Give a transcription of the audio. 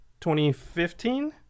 2015